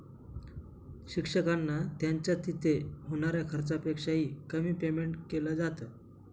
शिक्षकांना त्यांच्या तिथे होणाऱ्या खर्चापेक्षा ही, कमी पेमेंट केलं जात